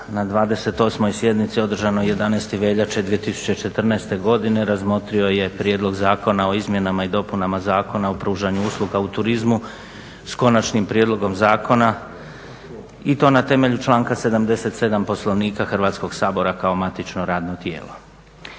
na 28. sjednici održanoj 11. veljače 2014. godine razmotrio je prijedlog zakona o izmjenama i dopunama Zakona o pružanju usluga u turizmu s konačnim prijedlogom zakona i to na temelju članka 77. Poslovnika Hrvatskog sabora kao matično radno tijelo.